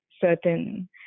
certain